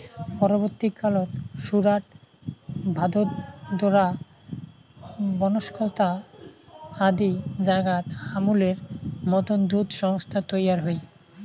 পরবর্তী কালত সুরাট, ভাদোদরা, বনস্কন্থা আদি জাগাত আমূলের মতন দুধ সংস্থা তৈয়ার হই